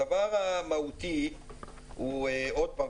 הדבר המהותי הוא עוד פעם,